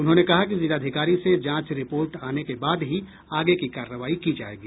उन्होंने कहा कि जिलाधिकारी से जांच रिपोर्ट आने के बाद ही आगे की कारवाई की जाएगी